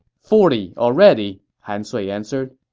forty already, han sui answered